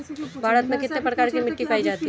भारत में कितने प्रकार की मिट्टी पायी जाती है?